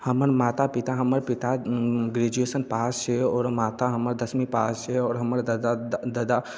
हमर माता पिता हमर पिता ग्रेजुएशन पास छै आओर माता हमर दसमी पास छै आओर हमर ददा